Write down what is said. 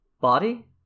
body